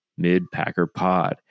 midpackerpod